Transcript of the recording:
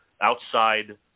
outside